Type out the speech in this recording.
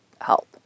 help